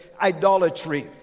idolatry